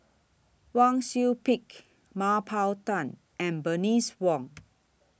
Wang Sui Pick Mah Bow Tan and Bernice Wong